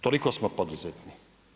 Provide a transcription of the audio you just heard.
Toliko smo poduzetni.